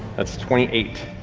that's twenty eight.